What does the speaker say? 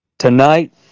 Tonight